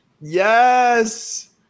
Yes